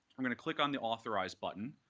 i'm going to click on the authorize button,